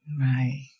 Right